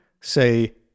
say